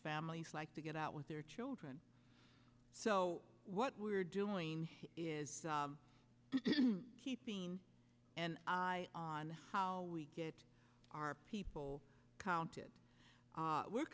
families like to get out with their children so what we're doing is keeping an eye on how we get our people counted we're